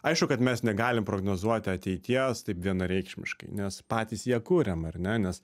aišku kad mes negalim prognozuoti ateities taip vienareikšmiškai nes patys ją kuriam ar ne nes